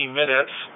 minutes